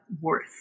worth